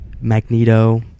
Magneto